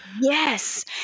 Yes